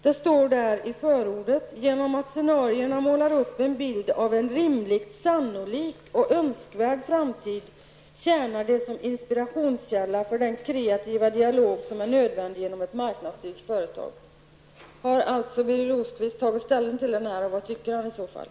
Det står i förordet: Genom att scenariona målar upp en bild av en rimligt sannolik och önskvärd framtid tjänar de som inspirationskälla för den kreativa dialog som är nödvändig genom ett marknadsstyrt företag. Har Birger Rosqvist tagit ställning till detta, och vad tycker han i så fall?